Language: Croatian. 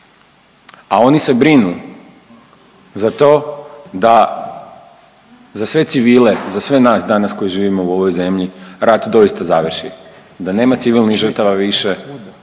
a oni se brinu za to da za sve civile, za sve nas danas koji živimo u ovoj zemlji rat doista završi. Da nema civilnih žrtava više,